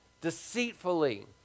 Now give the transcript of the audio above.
deceitfully